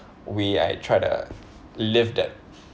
way I try to live that